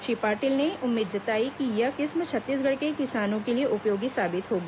श्री पाटील ने उम्मीद जताई कि यह किस्म छत्तीसगढ़ के किसानों के लिए उपयोगी साबित होगी